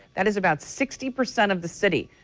that is about sixty percent of the city.